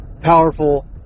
powerful